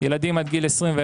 ילדים עד גיל 21,